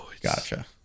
Gotcha